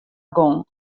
gong